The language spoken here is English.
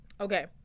okay